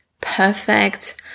perfect